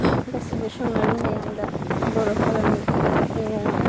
गासिबो संनो रोंबाय आं दा बर'फोरनि मैगङा